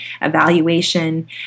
evaluation